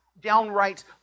downright